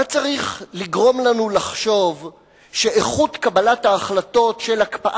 מה צריך לגרום לנו לחשוב שאיכות קבלת ההחלטות של הקפאת